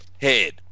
head